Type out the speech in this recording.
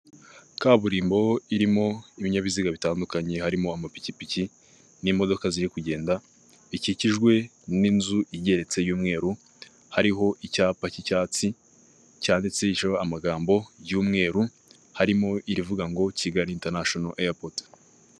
Kaburimbo irimo y'ibinyabiziga bitandukanye harimo amapikipiki n'imodoka ziri kugenda, bikikijwe n'inzu igeretse y'umweru, hari icyapa k'icyatsi cyanditsesho amagambo y'umweru harimo irivuga ngo Kigali intanashono eyapoti.